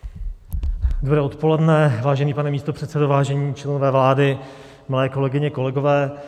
Dobré odpoledne, vážený pane místopředsedo, vážení členové vlády, milé kolegyně, kolegové.